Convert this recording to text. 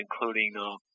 including